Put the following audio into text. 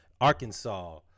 Arkansas